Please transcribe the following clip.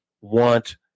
want